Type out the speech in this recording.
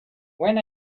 when